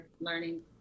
learning